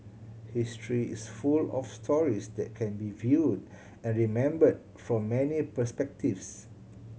history is full of stories that can be viewed and remembered from many perspectives